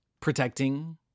protecting